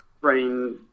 brain